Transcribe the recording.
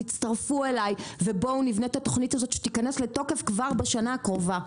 תצטרפו אליי ובואו נבנה את התוכנית הזאת שתכנס לתוקף כבר בשנה הקרובה.